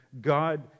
God